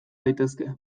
daitezke